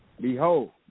behold